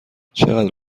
چقدر